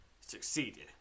Succeeded